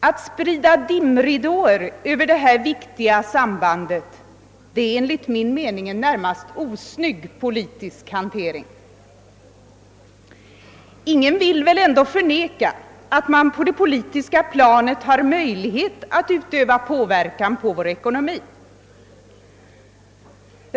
Att sprida dimridåer över detta viktiga samband är enligt min mening en närmast osnygg politisk hantering. Ingen vill väl ändå förneka att man på det politiska planet har möjlighet att utöva inverkan på vår ekonomi.